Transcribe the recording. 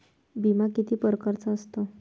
बिमा किती परकारचा असतो?